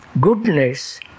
goodness